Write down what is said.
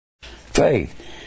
faith